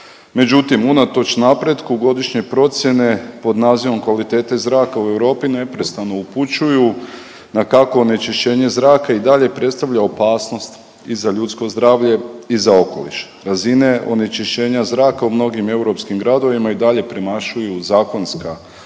Međutim, unatoč napretku godišnje procjene pod nazivom kvalitete zraka u Europi neprestano upućuju na kakvo onečišćenje zraka i dalje predstavlja opasnost i za ljudsko zdravlje i za okoliš. Razine onečišćenja zraka u mnogim europskim gradovima i dalje premašuju zakonska ograničenja